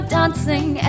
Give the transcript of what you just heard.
Dancing